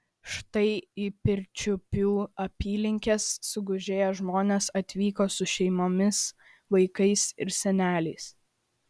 štai į pirčiupių apylinkes sugužėję žmonės atvyko su šeimomis vaikais ir seneliais